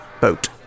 boat